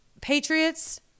patriots